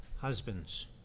husbands